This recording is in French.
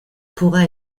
pourra